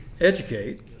Educate